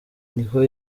niho